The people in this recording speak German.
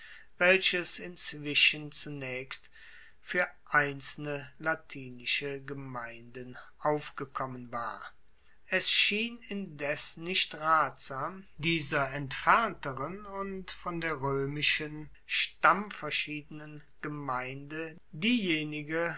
welches inzwischen zunaechst fuer einzelne latinische gemeinden aufgekommen war es schien indes nicht ratsam dieser entfernteren und von der roemischen stammverschiedenen gemeinde diejenige